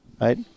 right